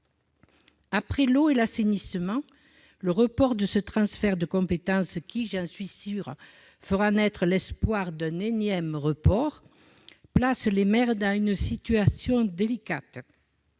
Après l'eau et l'assainissement, le report de ce transfert de compétence, qui- j'en suis sûre -fera naître l'espoir d'un énième report, place les maires dans une situation délicate